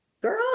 girl